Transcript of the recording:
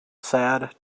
sad